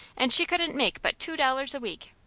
and she couldn't make but two dollars a week.